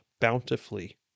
bountifully